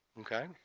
Okay